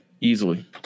easily